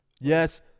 Yes